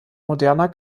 moderner